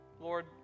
Lord